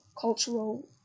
cultural